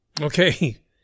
Okay